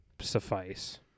suffice